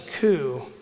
coup